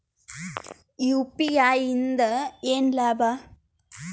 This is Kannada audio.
ಯು.ಪಿ.ಐ ಇಂದ ಏನ್ ಲಾಭ?